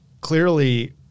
Clearly